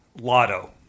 lotto